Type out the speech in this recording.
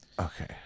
okay